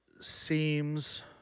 Seems